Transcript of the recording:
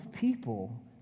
people